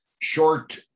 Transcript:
short